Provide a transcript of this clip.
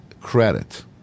credit